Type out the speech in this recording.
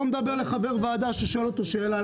שהוא לא מדבר לחבר ועדה ששואל אותו שאלה,